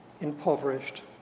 impoverished